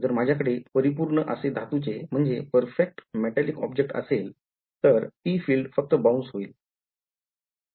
जर माझ्याकडे परिपूर्ण असे धातूचे म्हणजे perfect metallic object असेल तर ती फील्ड फक्त बाउन्स होईल ते म्हणजे त्याची एक विशेष केस असेल